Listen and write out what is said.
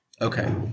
Okay